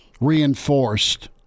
reinforced